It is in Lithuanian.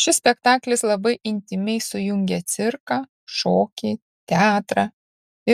šis spektaklis labai intymiai sujungia cirką šokį teatrą